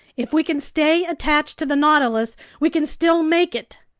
if we can stay attached to the nautilus, we can still make it!